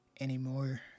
anymore